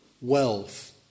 wealth